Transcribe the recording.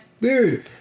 Dude